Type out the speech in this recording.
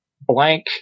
blank